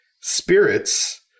spirits